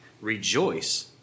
Rejoice